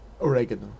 Oregano